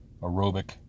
aerobic